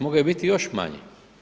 Mogao je biti još manji.